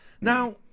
Now